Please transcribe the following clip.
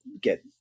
get